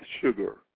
sugar